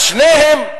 אז שניהם,